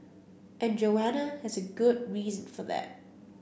and Joanna has a good reason for that